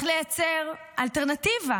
החזרת החטופים".